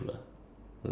ya